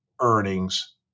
earnings